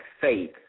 faith